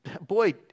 boy